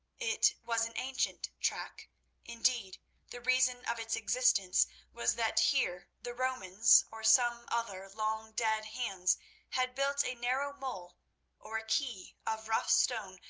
it was an ancient track indeed the reason of its existence was that here the romans or some other long dead hands had built a narrow mole or quay of rough stone,